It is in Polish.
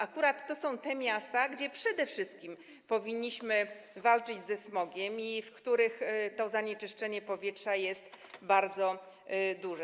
Akurat to są te miasta, w których przede wszystkim powinniśmy walczyć ze smogiem i w których to zanieczyszczenie powietrza jest bardzo duże.